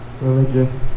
religious